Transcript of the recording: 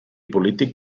polític